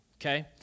okay